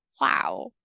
wow